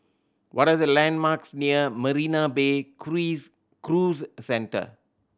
what are the landmarks near Marina Bay Cruise Centre